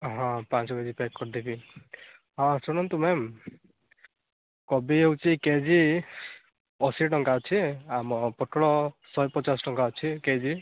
ହଁ ପାଞ୍ଚ K G pack କରିଦେବି ହଁ ଶୁଣନ୍ତୁ ମ୍ୟାମ୍ କୋବି ହେଉଛି କେ ଜି ଅଶୀ ଟଙ୍କା ଅଛି ଆମ ପୋଟଳ ଶହେ ପଚାଶ ଟଙ୍କା ଅଛି କେ ଜି